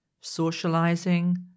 socializing